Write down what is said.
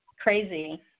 Crazy